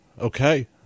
Okay